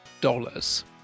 dollars